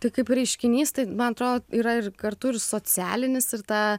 tai kaip reiškinys tai man atrodo yra ir kartu ir socialinis ir tą